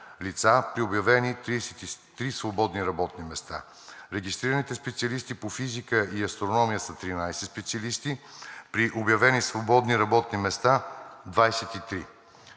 при обявени 33 свободни работни места; регистрираните специалисти по физика и астрономия са 13 специалисти, при обявени свободни работни места – 23.